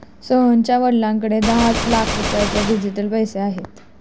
सोहनच्या वडिलांकडे दहा लाखांचे डिजिटल पैसे आहेत